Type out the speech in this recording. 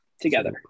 together